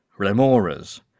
Remoras